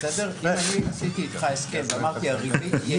אם אני עשיתי איתך הסכם ואמרתי שהריבית תהיה אפס,